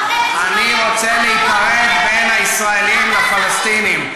אני רוצה להפריד בין הישראלים לפלסטינים,